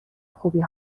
خوبی